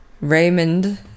raymond